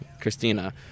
Christina